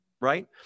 right